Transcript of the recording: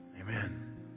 Amen